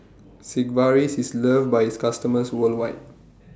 Sigvaris IS loved By its customers worldwide